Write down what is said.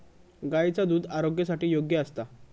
गायीचा दुध आरोग्यासाठी योग्य असता